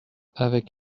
avec